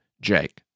Jake